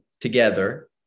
together